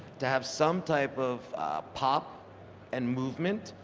to have some type of pop and movement,